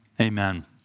Amen